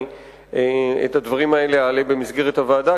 את הדברים האלה אעלה במסגרת הוועדה,